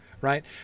Right